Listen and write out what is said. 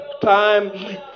time